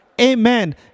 Amen